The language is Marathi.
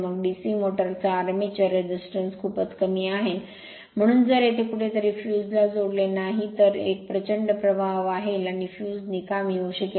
मग DC मोटर चा आर्मेचर रेझिस्टन्स खूपच कमीआहे म्हणून जर येथे कुठेतरी फ्यूज ला जोडले नाही तर एक प्रचंड प्रवाह वाहेल आणि फ्यूज निकामी होऊ शकेल